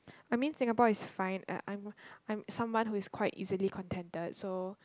I mean Singapore is fine uh I'm I'm someone who is quite easily contented so